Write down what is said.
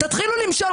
תתחילו למשול.